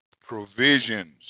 provisions